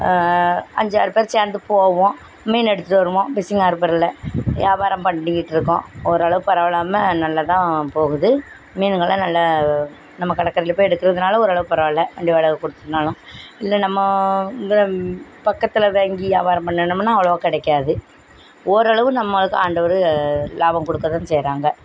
அஞ்சு ஆறு பேர் சேர்ந்து போவோம் மீன் எடுத்துகிட்டு வருவோம் ஃபிஸ்ஸிங் ஆர்பரில் வியாபாரம் பண்ணிக்கிட்டு இருக்கோம் ஒர் அளவுக்கு பரவாயில்லாம நல்லா தான் போகுது மீனுங்கெல்லாம் நல்லா நம்ம கடற்கரைல போய் எடுக்கிறதுனால ஒரு அளவுக்கு பரவாயில்ல வண்டி வாடகை கொடுத்திருந்தாலும் இல்லை நம்ம இந்த பக்கத்தில் இதே இங்கே வியாபாரம் பண்ணுனம்னால் அவ்வளோவா கிடைக்காது ஓரளவு நம்மளுக்கு ஆண்டவர் லாபம் கொடுக்க தான் செய்கிறாங்க